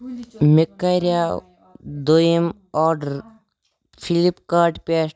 مےٚ کریٛاو دوٚیِم آڈَر فِلِپکاٹ پٮ۪ٹھ